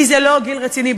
כי זה לא גיל רציני,